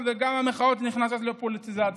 וגם המחאות נכנסות לפוליטיזציה.